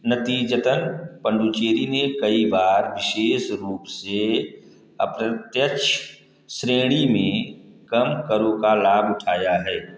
नतीजतन पंडुचेरी ने कई बार विशेष रूप से अप्रत्यक्ष श्रेणी में कम करो का लाभ उठाया है